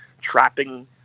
trapping